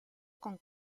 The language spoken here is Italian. con